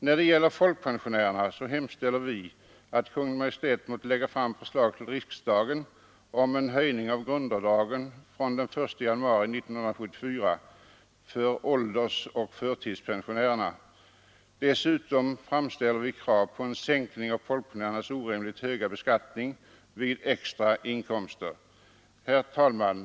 När det gäller folkpensionärerna hemställer vi att Kungl. Maj:t måtte lägga fram förslag till riksdagen om höjning av grundavdragen från den 1 januari 1974 för åldersoch förtidspensionärer. Dessutom framställer vi krav på sänkning av folkpensionärernas orimligt höga beskattning på extra inkomster. Herr talman!